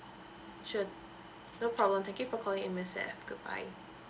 sure no problem thank you for calling M_S_F goodbye